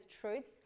truths